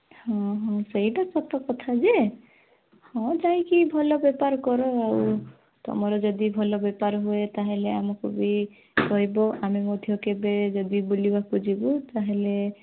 ହଁ ହଁ ସେଇଟା ସତକଥା ଯେ ହଁ ଯାଇକି ଭଲ ବେପାର କର ଆଉ ତୁମର ଯଦି ଭଲ ବେପାର ହୁଏ ତା ହେଲେ ଆମକୁ ବି କହିବ ଆମେ ମଧ୍ୟ କେବେ ଯଦି ବୁଲିବାକୁ ଯିବୁ ତାହେଲେ